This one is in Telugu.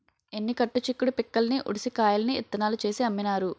ఎన్ని కట్టు చిక్కుడు పిక్కల్ని ఉడిసి కాయల్ని ఇత్తనాలు చేసి అమ్మినారు